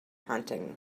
hunting